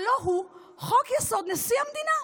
הלוא הוא חוק-יסוד: נשיא המדינה,